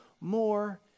more